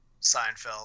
Seinfeld